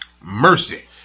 mercy